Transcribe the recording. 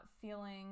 feeling